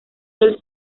del